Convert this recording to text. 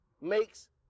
makes